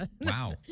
Wow